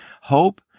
Hope